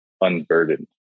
unburdened